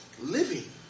living